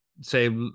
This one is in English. say